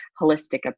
holistic